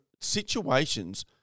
situations